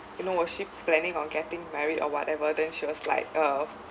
you know was she planning on getting married or whatever then she was like uh